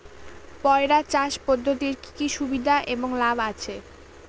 পয়রা চাষ পদ্ধতির কি কি সুবিধা এবং লাভ আছে?